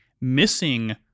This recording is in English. missing